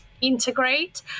integrate